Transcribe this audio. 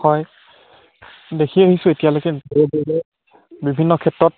হয় দেখি আহিছোঁ এতিয়ালৈকে বিভিন্ন ক্ষেত্ৰত